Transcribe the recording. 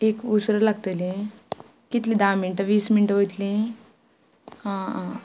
एक उसर लागतली कितली धा मिण्टां वीस मिण्टां वयतली आं आं